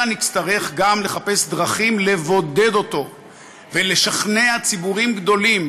אלא נצטרך גם לחפש דרכים לבודד אותו ולשכנע ציבורים גדולים,